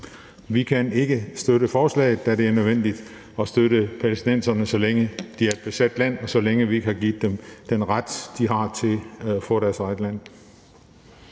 Vi kan ikke støtte forslaget, da det er nødvendigt at støtte palæstinenserne, så længe de er et besat land, og så længe vi ikke har givet dem den ret, de har til at få deres eget land.